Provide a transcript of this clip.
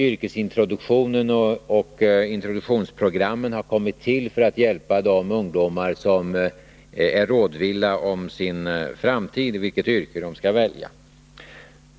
Yrkesintroduktionen och introduktionsprogrammen har kommit till för att hjälpa de ungdomar som är rådvilla om sin framtid och om vilket yrke de skall välja.